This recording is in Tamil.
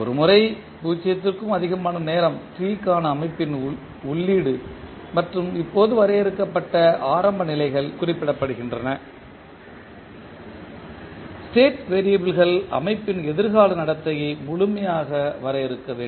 ஒருமுறை 0 க்கும் அதிகமான நேரம் t க்கான அமைப்பின் உள்ளீடு மற்றும் இப்போது வரையறுக்கப்பட்ட ஆரம்ப நிலைகள் குறிப்பிடப்படுகின்றன ஸ்டேட் வேறியபிள் கள் அமைப்பின் எதிர்கால நடத்தையை முழுமையாக வரையறுக்க வேண்டும்